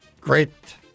Great